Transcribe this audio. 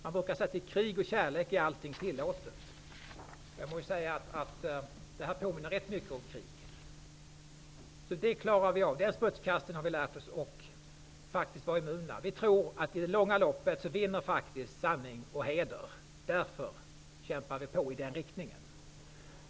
Man brukar säga att allting är tillåtet i krig och kärlek. Jag må säga att detta påminner rätt mycket om krig. Det klarar vi av. Den smutskastningen har vi lärt oss att vara immuna mot. Vi tror att sanning och heder faktiskt vinner i det långa loppet. Därför kämpar vi på i den riktningen.